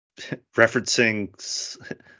referencing